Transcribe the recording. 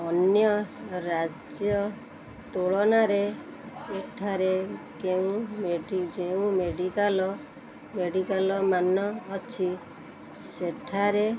ଅନ୍ୟ ରାଜ୍ୟ ତୁଳନାରେ ଏଠାରେ କେଉଁ ଯେଉଁ ମେଡ଼ିକାଲ୍ ମେଡ଼ିକାଲ୍ମାନ ଅଛି ସେଠାରେ